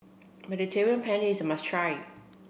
Mediterranean Penne is a must try